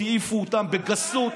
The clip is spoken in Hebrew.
העיפו אותם בגסות,